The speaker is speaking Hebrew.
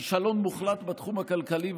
כישלון מוחלט בתחום הכלכלי,